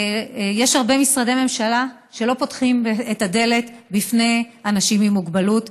ויש הרבה משרדי ממשלה שלא פותחים את הדלת בפני אנשים עם מוגבלות,